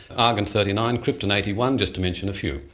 argon thirty nine, krypton eighty one, just to mention a few.